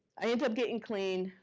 i ended up getting clean,